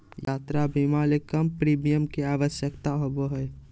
यात्रा बीमा ले कम प्रीमियम के आवश्यकता होबो हइ